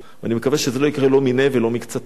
ומה שקרה בשבוע שעבר הוא למורת רוחם של כולם.